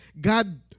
God